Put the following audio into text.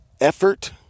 effort